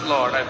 Lord